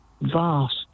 vast